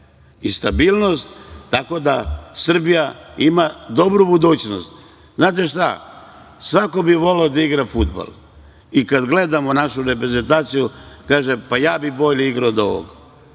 fabrika. Tako da, Srbija ima dobru budućnost. Znate šta, svako bi voleo da igra fudbal i kada gledamo našu reprezentaciju kažemo ja bih bolje igrao od ovog.